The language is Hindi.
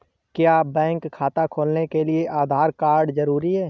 क्या बैंक खाता खोलने के लिए आधार कार्ड जरूरी है?